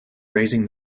raising